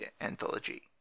Anthology